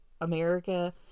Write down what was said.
america